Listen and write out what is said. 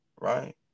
Right